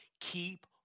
Keep